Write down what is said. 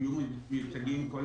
נמצאים כל